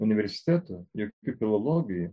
universitetų ir ir filologijų